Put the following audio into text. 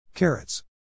Carrots